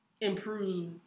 improve